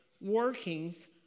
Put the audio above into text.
workings